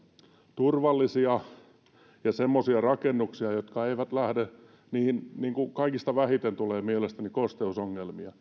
turvallisia rakennuksia joihin kaikista vähiten tulee mielestäni kosteusongelmia